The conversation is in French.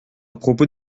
propos